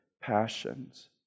passions